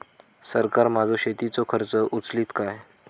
सरकार माझो शेतीचो खर्च उचलीत काय?